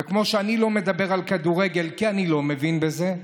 כמו שאני לא מדבר על כדורגל, כי אני לא מבין בזה,